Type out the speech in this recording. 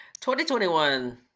2021